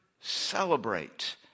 celebrate